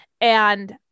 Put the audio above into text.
and-